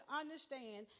understand